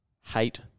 hate